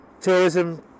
Tourism